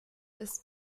ist